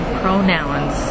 pronouns